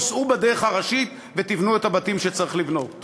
תיסעו בדרך הראשית ותבנו את הבתים שצריך לבנות.